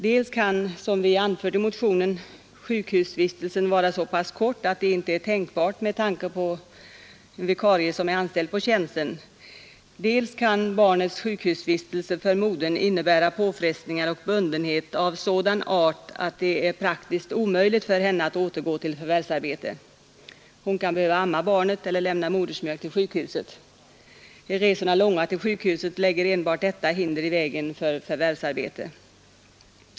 Dels kan, som vi anfört i motionen, sjukhusvistelsen vara så pass kort att det inte är tänkbart med hänsyn till vikarie som är anställd för tjänsten, dels kan barnets sjukhusvistelse för modern innebära påfrestningar och bundenhet av sådan art att det är praktiskt omöjligt för henne att återgå till förvärvsarbete. Hon kan behöva amma barnet eller lämna modersmjölk till sjukhuset. Är resorna långa till sjukhuset lägger redan detta hinder i vägen för förvärvsarbete.